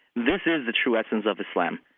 this is the true essence of islam.